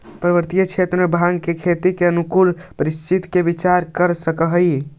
पर्वतीय क्षेत्र में भाँग के खेती के अनुकूल परिस्थिति के विचार कर सकऽ हई